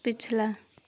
पिछला